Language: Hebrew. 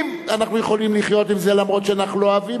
אם אנחנו יכולים לחיות עם זה אף שאנחנו לא אוהבים,